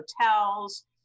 hotels